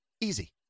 Easy